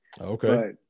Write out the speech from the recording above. Okay